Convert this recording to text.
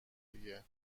دیگه